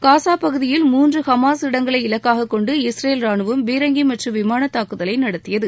Gaza பகுதியில் மூன்று Hamas இடங்களை இலக்காக கொண்டு இஸ்ரேல் ராணுவம் பீரங்கி மற்றும் விமானத் தாக்குதலை நடத்தியது